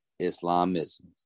Islamism